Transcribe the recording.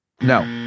No